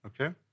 okay